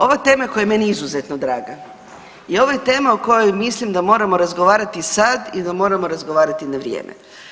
Ova tema koja je meni izuzetno draga i ovo je tema o kojoj mislim da moramo razgovarati sad i da moramo razgovarati na vrijeme.